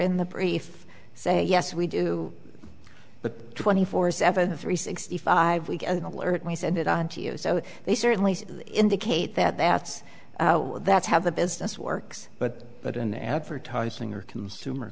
in the brief say yes we do but twenty four seven three sixty five week and alert we send it on to you so they certainly indicate that that's that's how the business works but that an advertising or consumer